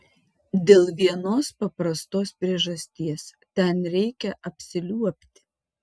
dėl vienos paprastos priežasties ten reikia apsiliuobti